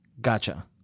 Gotcha